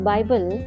Bible